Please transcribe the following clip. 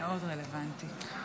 רלוונטי מאוד.